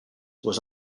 was